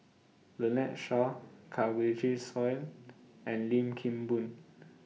Lynnette Seah Kanwaljit Soin and Lim Kim Boon